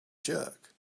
jerk